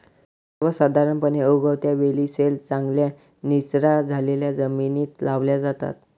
सर्वसाधारणपणे, उगवत्या वेली सैल, चांगल्या निचरा झालेल्या जमिनीत लावल्या जातात